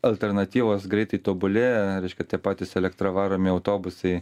alternatyvos greitai tobulėja reiškia tie patys elektra varomi autobusai